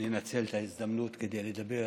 לנצל את ההזדמנות כדי לדבר